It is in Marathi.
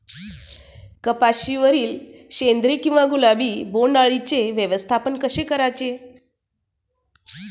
कपाशिवरील शेंदरी किंवा गुलाबी बोंडअळीचे व्यवस्थापन कसे करायचे?